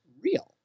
real